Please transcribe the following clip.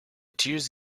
tears